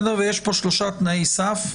יש פה שלושה תנאי סף: